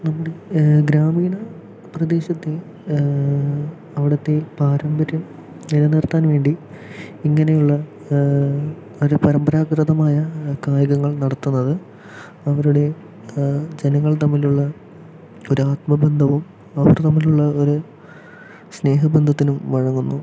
നമ്മുടെ ഗ്രാമീണ പ്രദേശത്തെ അവിടുത്തെ പാരമ്പര്യം നിലനിർത്താൻ വേണ്ടി ഇങ്ങനെയുള്ള ഒരു പരമ്പരാഗതമായ കായികങ്ങൾ നടത്തുന്നത് അവരുടെ ജനങ്ങൾ തമ്മിലുള്ള ഒരു ആത്മബന്ധവും അവർ തമ്മിലുള്ള ഒരു സ്നേഹബന്ധത്തിലും വഴങ്ങുന്നു